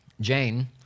Jane